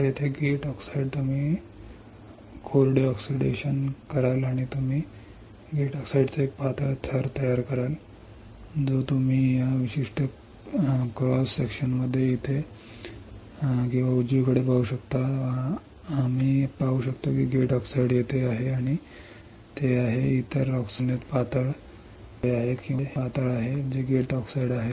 तर येथे गेट ऑक्साईडसाठी तुम्ही ऑक्सिडेशन कोरडे कराल आणि तुम्ही गेट ऑक्साईडचा एक पातळ थर तयार कराल जो तुम्ही या विशिष्ट क्रॉस सेक्शनमध्ये इथे किंवा उजवीकडे पाहू शकता आम्ही पाहू शकतो की गेट ऑक्साईड येथे आहे आणि ते आहे इतर ऑक्साईडच्या तुलनेत पातळ जे येथे आहे किंवा येथे आहे हे पातळ आहे जे गेट ऑक्साईड आहे